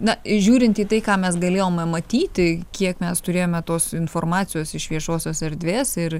na žiūrint į tai ką mes galėjome matyti kiek mes turėjome tos informacijos iš viešosios erdvės ir